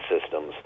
systems